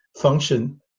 function